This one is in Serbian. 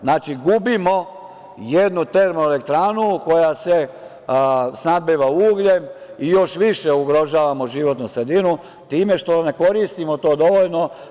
Znači, gubimo jednu termoelektranu koja se snabdeva ugljem i još više ugrožavamo životnu sredinu time što ne koristimo to dovoljno.